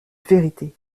vérité